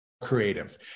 Creative